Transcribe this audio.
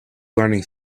learning